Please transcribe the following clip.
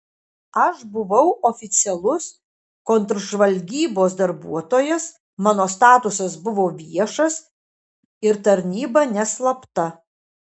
aš buvau oficialus kontržvalgybos darbuotojas mano statusas buvo viešas ir tarnyba neslapta